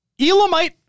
Elamite